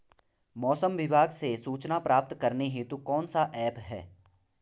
मौसम विभाग से सूचना प्राप्त करने हेतु कौन सा ऐप है?